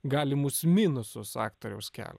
galimus minusus aktoriaus kelio